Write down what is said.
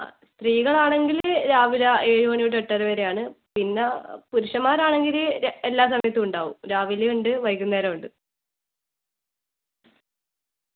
ആ സ്ത്രീകളാണെങ്കിൽ രാവിലെ ഏഴ് മണി തൊട്ട് എട്ടര വരെയാണ് പിന്നാ പുരുഷൻമാരാണെങ്കില് എല്ലാ സമയത്തും ഉണ്ടാവും രാവിലെ ഉണ്ട് വൈകുന്നേരവും ഉണ്ട് ആ